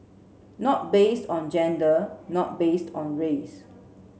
not based on gender not based on race